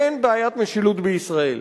אין בעיית משילות בישראל.